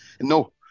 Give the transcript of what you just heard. No